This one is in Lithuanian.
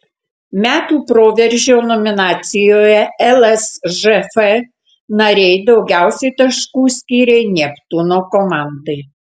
metų proveržio nominacijoje lsžf nariai daugiausiai taškų skyrė neptūno komandai